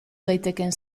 daitekeen